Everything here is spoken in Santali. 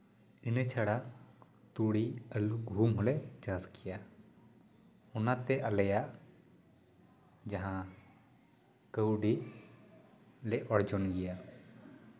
ᱤᱱᱟᱹ ᱪᱷᱟᱲᱟ ᱛᱩᱲᱤ ᱟᱹᱞᱩ ᱜᱩᱦᱩᱢ ᱦᱚᱞᱮ ᱪᱟᱥ ᱜᱮᱭᱟ ᱚᱱᱟᱛᱮ ᱟᱞᱮᱭᱟᱜ ᱡᱟᱦᱟᱸ ᱠᱟᱹᱣᱰᱤ ᱞᱮ ᱚᱨᱡᱚᱱ ᱜᱮᱭᱟ